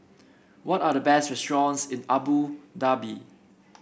what are the best restaurants in Abu Dhabi